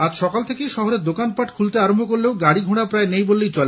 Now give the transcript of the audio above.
আজ সকাল থেকেই শহরের দোকানপাট খুলতে আরম্ভ করলেও গাড়ি ঘোড়া প্রায় নেই বললেই চলে